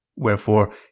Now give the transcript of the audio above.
wherefore